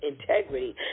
integrity